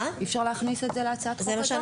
אפשר להכניס את זה להצעת החוק הזאת?